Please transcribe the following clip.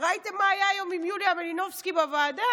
ראיתם מה היה היום עם יוליה מלינובסקי בוועדה?